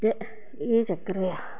ते एह् चकर होएआ